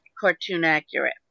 cartoon-accurate